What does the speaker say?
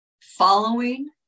Following